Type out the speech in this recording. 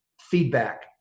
feedback